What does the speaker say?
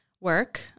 Work